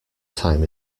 time